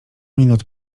minut